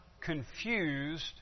confused